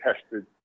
tested